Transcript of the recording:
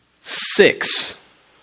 Six